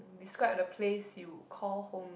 describe the place you call home